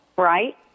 Right